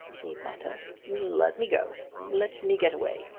he muttered. let me go! let me get away!